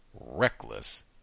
reckless